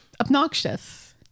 obnoxious